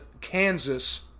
Kansas